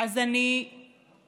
אז אני מצירה